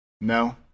No